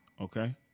Okay